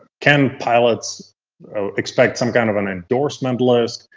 can pilots expect some kind of and endorsement list,